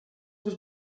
was